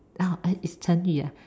oh it's 成语 ah